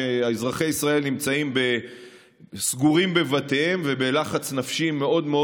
כשאזרחי ישראל נמצאים סגורים בבתיהם ובלחץ נפשי גדול מאוד,